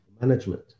Management